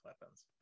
weapons